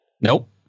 Nope